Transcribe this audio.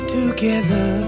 together